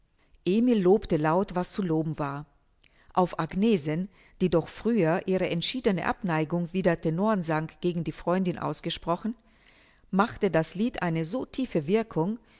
emil lobte laut was zu loben war auf agnesen die doch früher ihre entschiedene abneigung wider tenorgesang gegen die freundin ausgesprochen machte das lied eine so tiefe wirkung